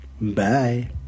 bye